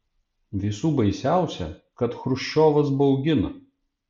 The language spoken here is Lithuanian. visų baisiausia kad chruščiovas baugina